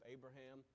Abraham